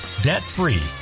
debt-free